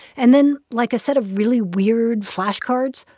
and then, like a set of really weird flashcards,